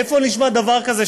איפה נשמע כדבר הזה,